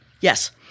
Yes